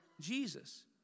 Jesus